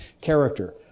character